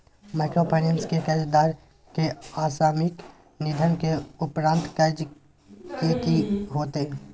Microfinance के कर्जदार के असामयिक निधन के उपरांत कर्ज के की होतै?